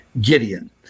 Gideon